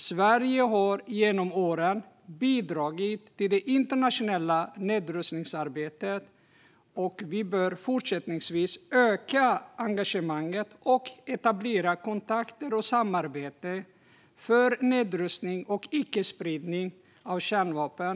Sverige har genom åren bidragit till det internationella nedrustningsarbetet, och vi bör fortsättningsvis öka engagemanget och etablera kontakter och samarbete för nedrustning och icke-spridning av kärnvapen.